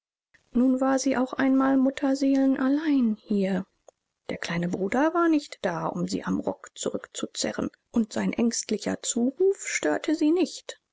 nun war sie auch einmal mutterseelenallein hier der kleine bruder war nicht da um sie am rock zurückzuzerren und sein ängstlicher zuruf störte sie nicht